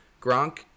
Gronk